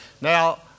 Now